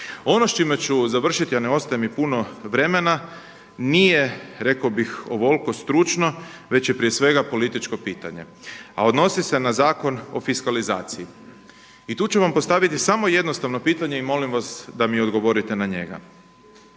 Ono s čime ću završiti, a ne ostaje mi puno vremena, nije rekao bih ovoliko stručno već je prije svega političko pitanje a odnosi se na Zakon o fiskalizaciji. I tu ću vam postaviti samo jednostavno pitanje i molim vas da mi odgovorite na njega.